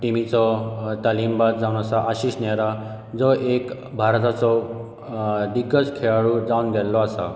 टिमीचो तालीमबाज जावन आसा आशीश नेहरा जो एक भारताचो दिग्गज खेळाडू जावन गेल्लो आसा